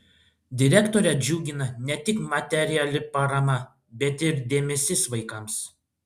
direktorę džiugina ne tik materiali parama bet ir dėmesys vaikams